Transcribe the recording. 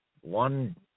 one